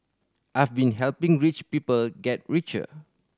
I've been helping rich people get richer